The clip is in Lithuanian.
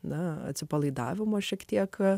na atsipalaidavimo šiek tiek